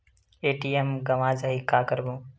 ATM गवां जाहि का करबो?